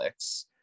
Netflix